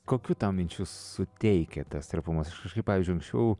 kokių tau minčių suteikia tas trapumas kai pavyzdžiui anksčiau